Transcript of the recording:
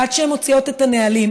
עד שהן מוציאות את הנהלים,